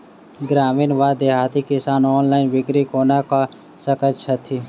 ग्रामीण वा देहाती किसान ऑनलाइन बिक्री कोना कऽ सकै छैथि?